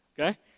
Okay